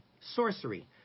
sorcery